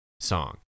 song